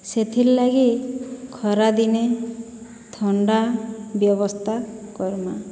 ସେଥିର୍ଲାଗି ଖରାଦିନେ ଥଣ୍ଡା ବ୍ୟବସ୍ଥା କର୍ମା